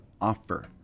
offer